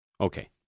Okay